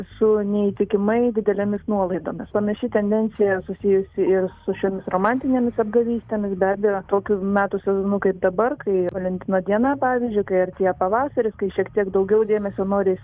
su neįtikimai didelėmis nuolaidomis panaši tendencija susijusi ir su šiomis romantinėmis apgavystėmis be abejo tokiu metų sezonu kaip dabar kai valentino diena pavyzdžiui kai artėja pavasaris kai šiek tiek daugiau dėmesio noris